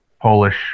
Polish